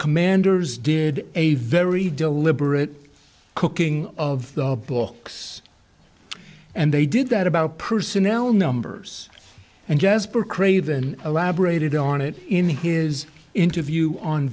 commanders did a very deliberate cooking of the books and they did that about personnel numbers and jesper craven elaborated on it in his interview on